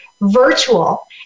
virtual